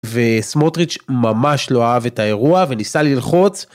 וסמוטריץ' ממש לא אהב את האירוע וניסה ללחוץ